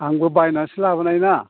आंबो बायनानैसो लाबोनाय ना